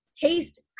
taste